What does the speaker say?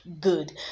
good